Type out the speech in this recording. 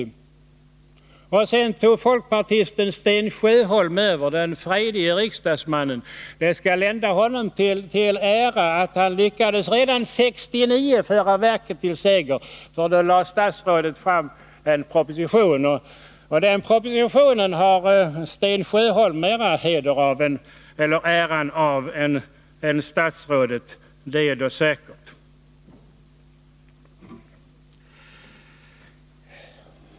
Sedan togs det över av folkpartisten Sten Sjöholm — den frejdige riksdagsmannen. Det skall lända honom till heder och ära att han redan 1969 lyckades föra verket till seger — då lade statsrådet fram en proposition. Den propositionen har Sten Sjöholm mera äran av än statsrådet — det är då säkert.